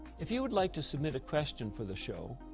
if you would like to submit a question for the show,